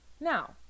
Now